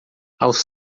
aos